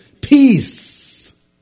peace